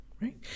Right